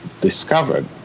discovered